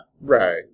Right